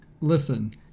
Listen